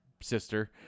sister